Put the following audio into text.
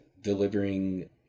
delivering